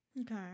Okay